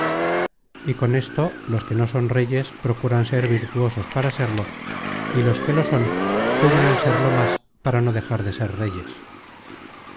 y con esto los que no son reyes procuran ser virtuosos para serlo y los que lo son pugnan serlo más para no dejar de ser reyes